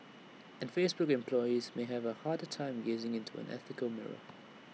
and Facebook employees may have A harder time gazing into an ethical mirror